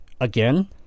again